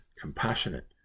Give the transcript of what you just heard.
compassionate